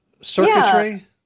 circuitry